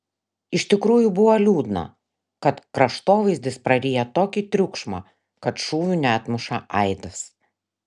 iš tikrųjų buvo liūdna kad kraštovaizdis praryja tokį triukšmą kad šūvių neatmuša aidas